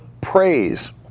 praise